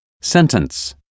sentence